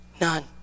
none